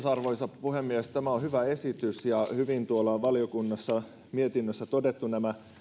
arvoisa puhemies tämä on hyvä esitys ja hyvin on tuolla valiokunnassa mietinnössä todettu tämä